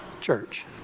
church